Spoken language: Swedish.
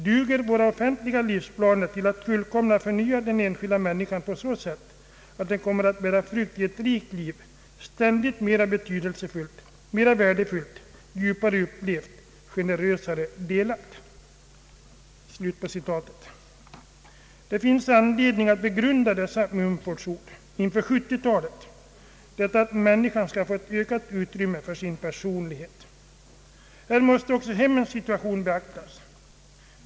Duger våra offentliga livsplaner till att fullkomna och förnya den enskilda människan på så sätt, att den kommer att bära frukt i ett rikt liv: ständigt mer betydelsefullt, mer värdefullt, djupare upplevt, generösare delat?” Det finns anledning att begrunda dessa Mumfords ord inför 1970-talet, detta att människan skall få ökat utrymme för sin personlighet. Här måste också hemmens situation beaktas.